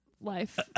life